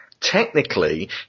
Technically